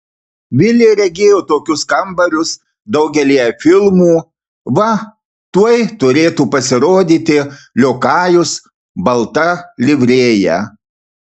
vilė regėjo tokius kambarius daugelyje filmų va tuoj turėtų pasirodyti liokajus balta livrėja